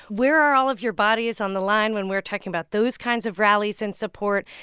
where are all of your bodies on the line when we're talking about those kinds of rallies and support?